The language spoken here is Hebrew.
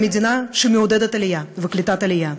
היא מדינה שמעודדת עלייה וקליטת עלייה.